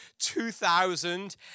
2000